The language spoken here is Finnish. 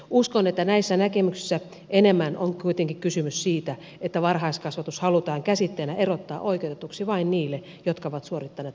uskon että näissä näkemyksissä enemmän on kuitenkin kysymys siitä että varhaiskasvatus halutaan käsitteenä erottaa oikeutetuksi vain niille jotka ovat suorittaneet lastentarhanopettajan tutkinnon